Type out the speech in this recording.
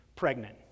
pregnant